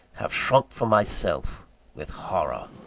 have shrunk from my self with horror.